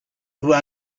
who